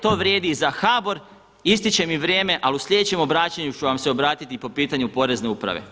To vrijedi i za HBOR, ističe mi vrijeme, ali u sljedećem obraćanju ću vam se obratiti i po pitanju porezne uprave.